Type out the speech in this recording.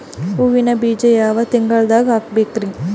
ಹೂವಿನ ಬೀಜ ಯಾವ ತಿಂಗಳ್ದಾಗ್ ಹಾಕ್ಬೇಕರಿ?